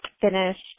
finished